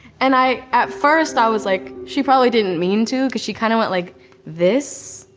and i, at first i was like, she probably didn't mean to because she kinda went like this.